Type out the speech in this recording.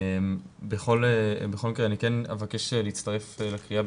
בכל מקרה אבקש להצטרף לקריאה,